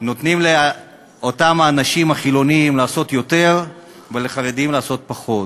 נותנים לאנשים החילונים לעשות יותר ולחרדים לעשות פחות.